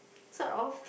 sort of